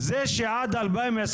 זה שעד 2022